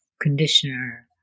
conditioner